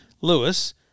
Lewis